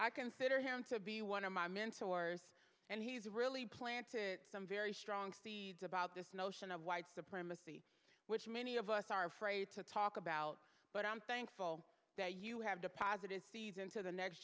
i consider him to be one of my mentors and he's really planted some very strong seeds about this notion of white supremacy which many of us are afraid to talk about but i'm thankful that you have deposited seeds into the next